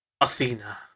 Athena